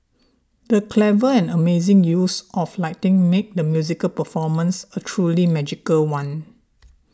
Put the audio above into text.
the clever and amazing use of lighting made the musical performance a truly magical one